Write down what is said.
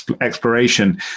exploration